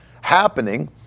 happening